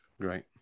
Great